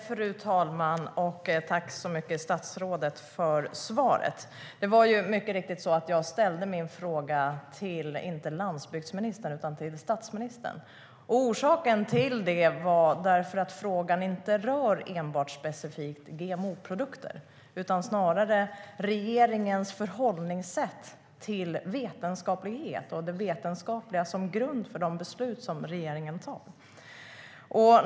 Fru talman! Tack så mycket, statsrådet, för svaret! Det var ju mycket riktigt så att jag inte ställde min fråga till landsbygdsministern utan till statsministern. Orsaken till det var att frågan inte rör specifikt GMO-produkter. Snarare rör den regeringens förhållningssätt till vetenskaplighet och det vetenskapliga som grund för de beslut som regeringen fattar.